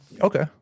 okay